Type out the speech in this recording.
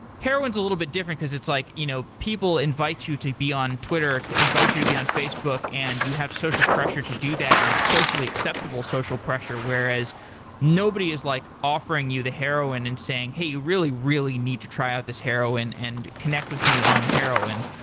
heroin is a little bit different because it's like you know people invite you to be on twitter, invite you to be on facebook and you have social pressure to do that and it's socially acceptable social pressure whereas nobody is like offering you the heroin and saying, hey, you really really need to try out this heroin and connect with me on heroin.